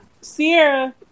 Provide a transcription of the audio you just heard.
Sierra